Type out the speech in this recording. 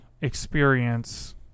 experience